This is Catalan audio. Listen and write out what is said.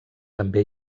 també